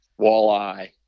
walleye